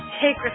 take